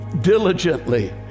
diligently